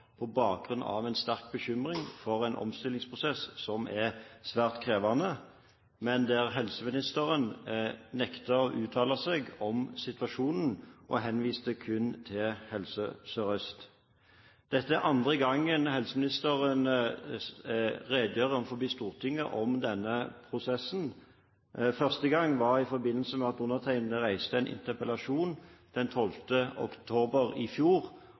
på bakgrunn av en sterk bekymring for en omstillingsprosess som er svært krevende, men der helseministeren nektet å uttale seg om situasjonen og kun henviste til Helse Sør-Øst. Dette er andre gangen helseministeren redegjør for Stortinget om denne prosessen. Første gang var i forbindelse med at undertegnede reiste en interpellasjon den 12. oktober i fjor